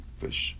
fish